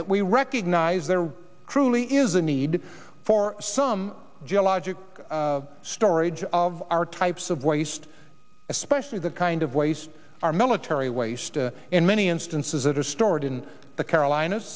that we recognize there truly is a need for some geologic storage of our types of waste especially the kind of waste our military waste in many instances that are stored in the carolinas